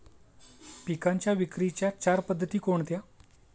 पिकांच्या विक्रीच्या चार पद्धती कोणत्या?